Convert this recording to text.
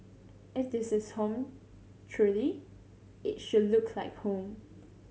it this is home truly it should look like home